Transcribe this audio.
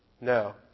No